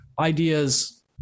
ideas